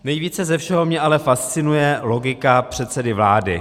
Nejvíce ze všeho mě ale fascinuje logika předsedy vlády.